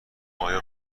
آیا